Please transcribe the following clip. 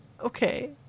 Okay